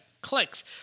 clicks